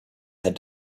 had